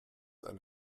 eine